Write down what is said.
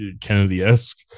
Kennedy-esque